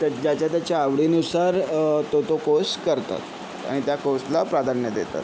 तर ज्याच्या त्याच्या आवडीनुसार तो तो कोर्स करतात आणि त्या कोर्सला प्राधान्य देतात